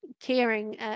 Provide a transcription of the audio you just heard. caring